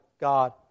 God